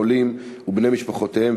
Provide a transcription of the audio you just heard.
חולים ובני משפחותיהם,